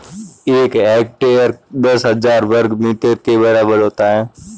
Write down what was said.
एक हेक्टेयर दस हज़ार वर्ग मीटर के बराबर होता है